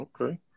Okay